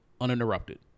uninterrupted